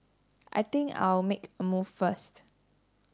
I think I'll make a move first